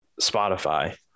Spotify